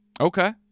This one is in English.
okay